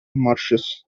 marshes